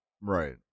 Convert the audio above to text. Right